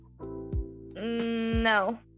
no